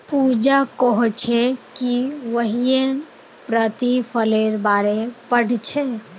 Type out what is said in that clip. पूजा कोहछे कि वहियं प्रतिफलेर बारे पढ़ छे